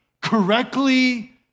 correctly